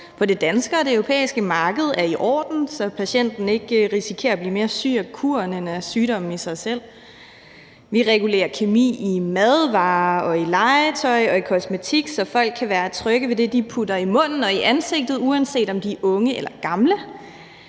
på det danske og det europæiske marked, er i orden, så patienten ikke risikerer at blive mere syg af kuren end af sygdommen i sig selv; vi regulerer kemi i madvarer og i legetøj og i kosmetik, så folk kan være trygge ved det, de putter i munden og i ansigtet, uanset om de er unge eller gamle;